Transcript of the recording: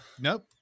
Nope